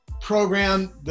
program